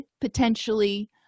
potentially